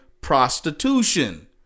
prostitution